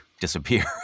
disappear